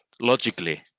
logically